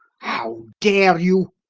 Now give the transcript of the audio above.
how dare you?